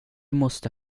måste